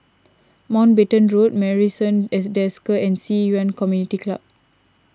Mountbatten Road Marrison at Desker and Ci Yuan Community Club